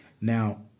Now